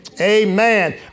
Amen